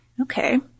Okay